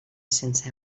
sense